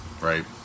Right